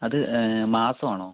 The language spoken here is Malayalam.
അത് മാസമാണോ